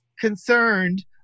concerned